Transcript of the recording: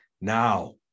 Now